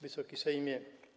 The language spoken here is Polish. Wysoki Sejmie!